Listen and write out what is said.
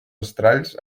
estralls